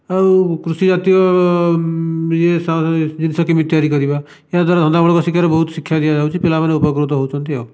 ଆଉ କୃଷିଜାତୀୟ ୟେ ଜିନିଷ କେମିତି ତିଆରି କରିବା ଏହା ଦ୍ଵାରା ଧନ୍ଦାମୂଳକ ଶିକ୍ଷାରେ ବହୁତ ଶିକ୍ଷା ଦିଆଯାଉଛି ପିଲାମାନେ ଉପକୃତ ହେଉଛନ୍ତି ଆଉ